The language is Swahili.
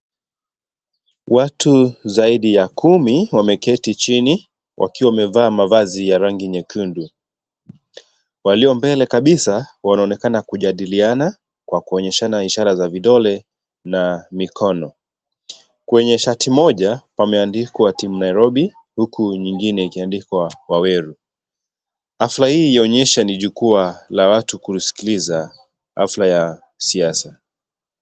Watu zaidi ya kumi, wameketi chini, wakiwa wamevaa mavazi ya rangi nyekundu, walio mbele kabisa, wanaonekana kujadiliana, kwa kuonyeshana ishara za vidole, na mikono, kwenye shati moja, pameandikwa,(cs) team(cs) Nairobi, huku nyingine ikiandikwa Waweru, hafla hii yaonyesha ni jukwaa la watu kuskliza, hafla ya, siasa.